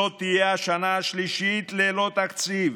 זאת תהיה השנה השלישית ללא תקציב,